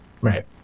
Right